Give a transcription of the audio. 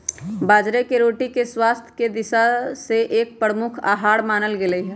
बाजरे के रोटी के स्वास्थ्य के दिशा से एक प्रमुख आहार मानल गयले है